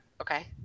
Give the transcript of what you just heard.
Okay